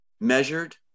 measured